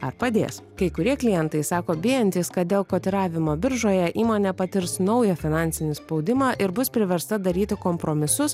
ar padės kai kurie klientai sako bijantys kad dėl kotiravimo biržoje įmonė patirs naują finansinį spaudimą ir bus priversta daryti kompromisus